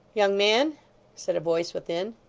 young man said a voice within.